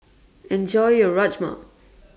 Enjoy your Rajma